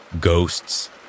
Ghosts